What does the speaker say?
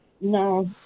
No